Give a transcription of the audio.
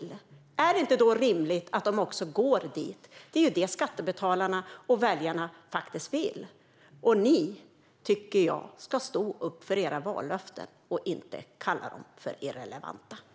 Är det då inte rimligt att de också går dit? Det är ju det skattebetalarna och väljarna vill. Jag tycker att ni ska stå upp för era vallöften och inte kalla dem irrelevanta.